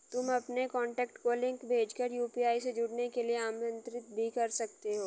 तुम अपने कॉन्टैक्ट को लिंक भेज कर यू.पी.आई से जुड़ने के लिए आमंत्रित भी कर सकते हो